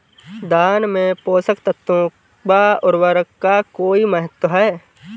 धान में पोषक तत्वों व उर्वरक का कोई महत्व है?